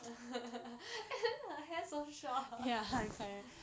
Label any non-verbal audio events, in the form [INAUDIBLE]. [LAUGHS] her hair so short